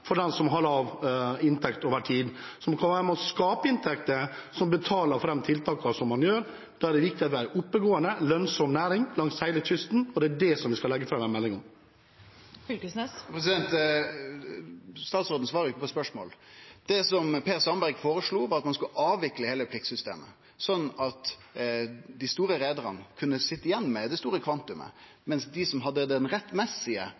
som er med på å betale for de tiltakene man gjør. Da er det viktig å ha en oppegående, lønnsom næring langs hele kysten, og det er det vi skal legge fram en melding om. Torgeir Knag Fylkesnes – til oppfølgingsspørsmål. Statsråden svarer ikkje på spørsmålet. Det Per Sandberg føreslo, var at ein skulle avvikle heile pliktsystemet, sånn at dei store reiarane kunne sitje igjen med det store kvantumet, mens dei som hadde den rettmessige